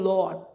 Lord